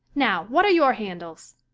now, what are your handles?